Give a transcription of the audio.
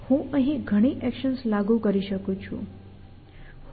હું અહીં ઘણી એક્શન્સ લાગુ કરી શકું છું